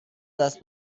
دست